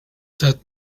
that